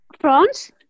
France